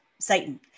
Satan